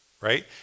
right